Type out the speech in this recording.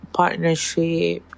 partnership